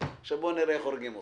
ועכשיו נראה איך הורגים אותה".